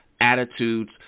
attitudes